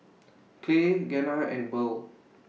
Clay Gena and Burl